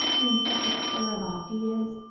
the incessant stir of ideas,